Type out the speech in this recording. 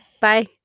Bye